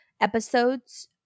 episodes